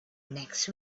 next